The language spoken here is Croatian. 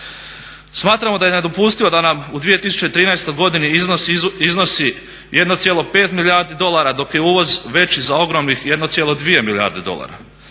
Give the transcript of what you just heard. Smatramo da je nedopustivo da nam u 2013. godini iznos iznosi 1,5 milijardi dolara dok je uvoz veći za ogromnih 1,2 milijarde dolara.